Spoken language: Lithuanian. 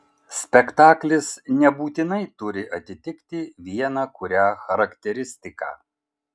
spektaklis nebūtinai turi atitikti vieną kurią charakteristiką